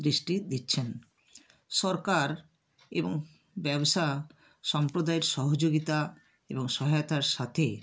দৃষ্টি দিচ্ছেন সরকার এবং ব্যবসা সম্প্রদায়ের সহযোগিতা এবং সহায়তার সাথে